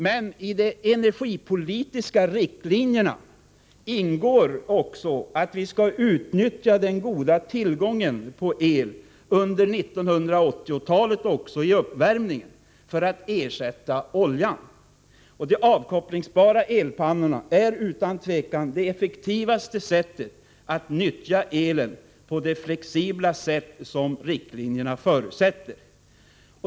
I de energipolitiska riktlinjerna ingår emellertid också att vi skall utnyttja den goda tillgången på el under 1980-talet även i uppvärmningen för att ersätta olja. De avkopplingsbara elpannorna är utan tvivel det effektivaste sättet att nyttja elen på det flexibla vis som riktlinjerna förutsätter.